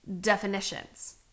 definitions